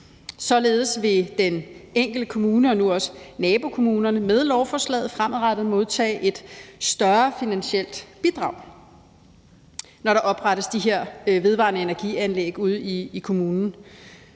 Således vil den enkelte kommune og nu også nabokommunerne med lovforslaget fremadrettet modtage et større finansielt bidrag, når der oprettes de her vedvarende energianlæg ude i kommunen,